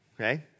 Okay